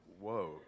whoa